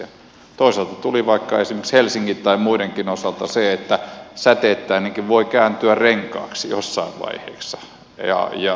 toisaalta tuli vaikka esimerkiksi helsingin tai muidenkin osalta se että säteittäinenkin voi kääntyä renkaaksi jossain vaiheessa